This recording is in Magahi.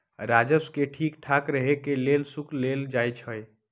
राजस्व के ठीक ठाक रहे के लेल शुल्क लेल जाई छई